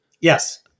yes